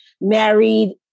married